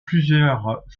plusieurs